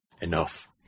Enough